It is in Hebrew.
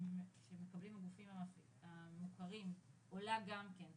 התקורה שמקבלים הגופים המוכרים עולה גם כן,